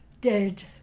dead